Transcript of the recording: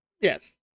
Yes